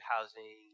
housing